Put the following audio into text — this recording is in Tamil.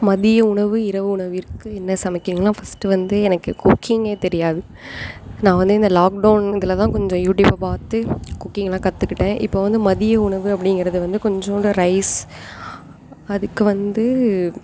மதிய உணவு இரவு உணவிற்கு என்ன சமைக்கிறிங்கன்னா ஃபஸ்ட்டு வந்து எனக்கு குக்கிங்கே தெரியாது நான் வந்து இந்த லாக்டவுன் இதில்தான் கொஞ்சம் யூடியூபை பார்த்து குக்கிங்லாம் கற்றுக்கிட்டேன் இப்போ வந்து மதிய உணவு அப்படிங்கிறது வந்து கொஞ்சண்டு ரைஸ் அதுக்கு வந்து